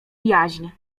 jaźń